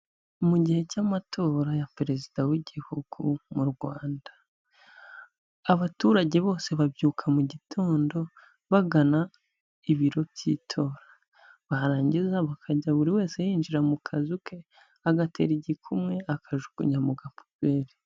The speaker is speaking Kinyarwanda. Mu gihe cy'amatora ya perezida w'Igihugu mu Rwanda, abaturage bose babyuka mu gitondo bagana ibiro by'itora, barangiza bakajya buri wese yinjira mu kazu ke, agatera igikumwe akajugunya mu gapuberi.